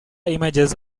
images